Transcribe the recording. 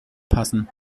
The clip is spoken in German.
passen